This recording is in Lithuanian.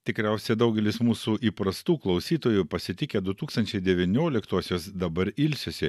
tikriausia daugelis mūsų įprastų klausytojų pasitikę du tūkstančiai devynioliktuosius dabar ilsisi